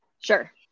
Sure